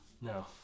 no